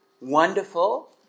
wonderful